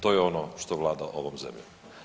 To je ono što vlada ovom zemljom.